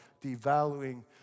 devaluing